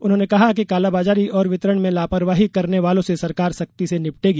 उन्होंने कहा कि कालाबाजारी और वितरण में लापरवाही करने वालों से सरकार सख्ती से निपटेगी